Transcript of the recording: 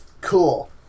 cool